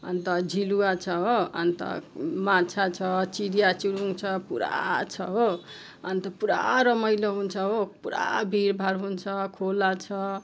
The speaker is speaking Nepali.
अनि त झिलवा छ हो अनि त माछा छ चिडिया चुरुङ छ पुरा छ हो अनि त पुरा रमाइलो हुन्छ हो पुरा भिडभाड हुन्छ खोला छ